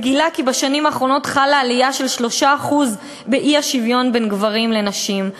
וגילה כי בשנים האחרונות חלה עלייה של 3% באי-שוויון בין גברים לנשים.